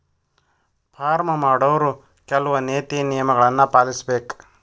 farm ಮಾಡೊವ್ರು ಕೆಲ್ವ ನೇತಿ ನಿಯಮಗಳನ್ನು ಪಾಲಿಸಬೇಕ